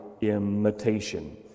imitation